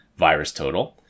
VirusTotal